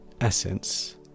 essence